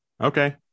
Okay